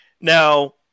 Now